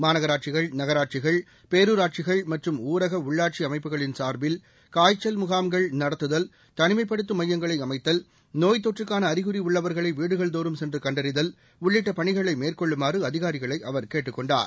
மாநகராட்சிகள் நகராட்சிகள் பேரூராட்சிகள் மற்றும் ஊரக உள்ளாட்சி அமைப்புகளின் சார்பில் காய்ச்சல் முகாம்கள் நடத்துதல் தனிமைப்படுத்தும் மையங்களை அமைத்தல் நோய்த் தொற்றுக்கான அறிகுறி உள்ளவர்களை வீடுகள் தோறும் சென்று கண்டறிதல் உள்ளிட்ட பணிகளை மேற்கொள்ளுமாறு அதிகாரிகளை அவர் கேட்டுக் கொண்டார்